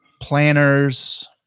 planners